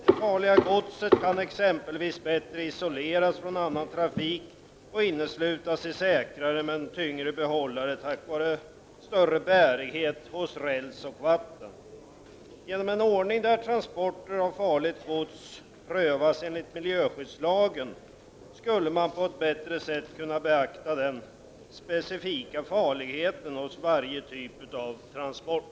Det farliga godset kan exempelvis bättre isoleras från annan trafik och inneslutas i säkrare men tyngre behållare tack vare större bärighet hos räls och vatten. Genom den ordning där transporter av farligt gods prövades enligt miljöskyddslagen skulle man på ett bättre sätt kunna beakta den specifika farligheten hos varje typ av transport.